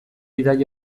bidaia